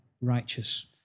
righteous